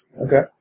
Okay